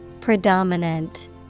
predominant